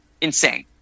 Insane